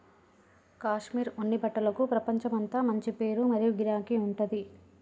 కాశ్మీర్ ఉన్ని బట్టలకు ప్రపంచమంతా మంచి పేరు మరియు గిరాకీ ఉంటది